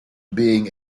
being